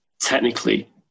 technically